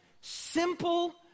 simple